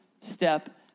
step